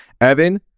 evan